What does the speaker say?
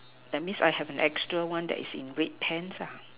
that means I have a extra one that is in red pants